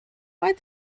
why